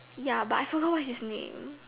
ya but I forgot what his name